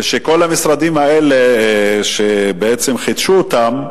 ולכל המשרדים האלה שחידשו אותם,